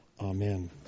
Amen